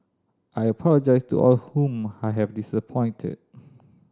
I apologise to all whom I have disappointed